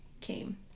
came